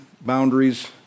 boundaries